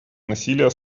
насилие